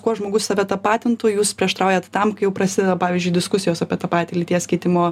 kuo žmogus save tapatintų jūs prieštaraujat tam kai jau prasideda pavyzdžiui diskusijos apie tą patį lyties keitimo